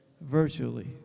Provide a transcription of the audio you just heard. virtually